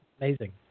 Amazing